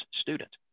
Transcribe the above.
student